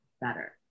Better